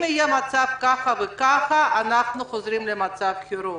יהיה מצב כזה וכזה אנחנו חוזרים למצב חירום.